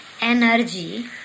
energy